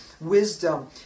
wisdom